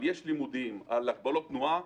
על לימודים ועל הגבלות תנועה.